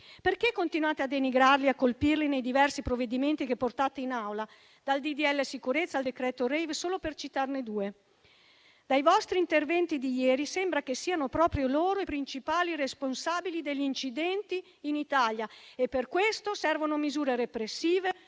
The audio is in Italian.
Perché continuate a denigrarli e a colpirli nei diversi provvedimenti che portate in Aula, dal disegno di legge sicurezza al decreto rave, solo per citarne due? Dai vostri interventi di ieri sembra che siano proprio loro i principali responsabili degli incidenti in Italia e che per questo servano misure repressive